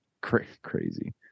Crazy